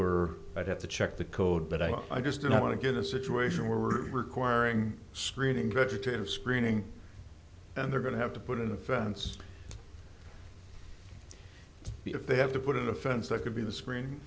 we're i'd have to check the code but i just don't want to get a situation where we're requiring screening vegetative screening and they're going to have to put in a fence if they have to put in a fence that could be the screen